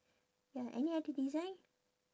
ya any other design